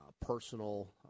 personal